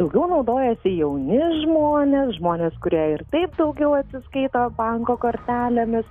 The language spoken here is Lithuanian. daugiau naudojasi jauni žmonės žmonės kurie ir taip daugiau atsiskaito banko kortelėmis